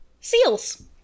SEALs